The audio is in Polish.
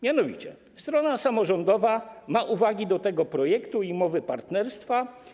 Mianowicie strona samorządowa ma uwagi do tego projektu i umowy partnerstwa.